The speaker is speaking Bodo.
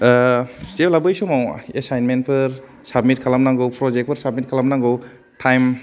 ओ जेब्ला बै समाव एसाये मेनफोर साबमिट खालामनांगौ प्रजेक्टफोर साबमिट खालामनांगौ टाइम